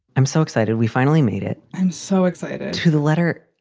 i'm so excited we finally made it. i'm so excited to the letter.